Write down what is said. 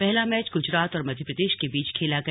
पहला मैच गुजरात और मध्यप्रदेश के बीच खेला गया